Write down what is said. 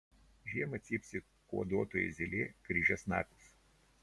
žiemą cypsi kuoduotoji zylė kryžiasnapis